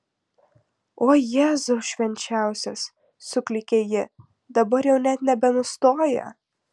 o jėzau švenčiausias suklykė ji dabar jau net nebenustoja